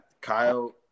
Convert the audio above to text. Kyle